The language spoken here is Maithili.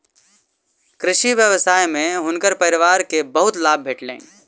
कृषि व्यवसाय में हुनकर परिवार के बहुत लाभ भेटलैन